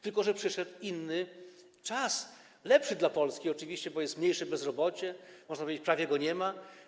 Tylko że przyszedł inny czas, lepszy dla Polski oczywiście, bo jest mniejsze bezrobocie, można powiedzieć, że prawie go nie ma.